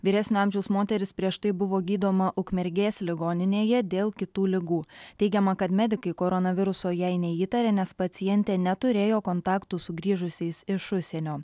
vyresnio amžiaus moteris prieš tai buvo gydoma ukmergės ligoninėje dėl kitų ligų teigiama kad medikai koronaviruso jai neįtarė nes pacientė neturėjo kontaktų su grįžusiais iš užsienio